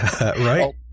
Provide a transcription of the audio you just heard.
Right